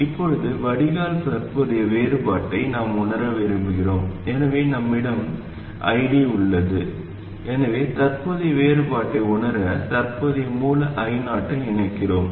இப்போது வடிகால் தற்போதைய வேறுபாட்டை நாம் உணர விரும்புகிறோம் எனவே நம்மிடம் ID உள்ளது எனவே தற்போதைய வேறுபாட்டை உணர தற்போதைய மூல I0 ஐ இணைக்கிறோம்